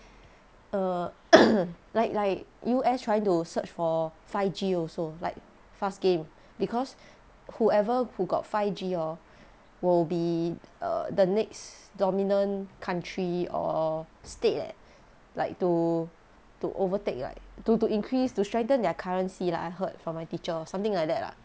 err like like U_S trying to search for five G also like fast game because whoever who got five G hor will be (err） the next dominant country or state leh like to to overtake like to to increase to strengthen their currency lah I heard from my teacher something like that lah